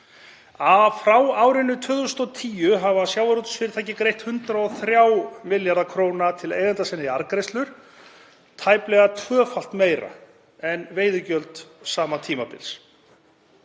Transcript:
Frá árinu 2010 hafa sjávarútvegsfyrirtæki greitt 103 milljarða kr. til eigenda sinna í arðgreiðslur, tæplega tvöfalt meira en veiðigjöld sama tímabils.